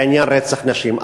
בעניין רצח נשים.